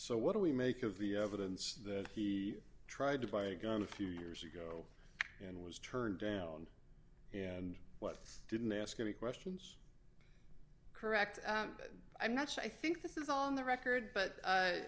so what do we make of the evidence that he tried to buy a gun a few years ago and was turned down you know what i didn't ask any questions correct i'm not sure i think this is on the record but